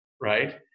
right